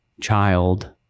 child